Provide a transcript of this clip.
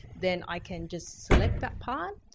then i can just select that part.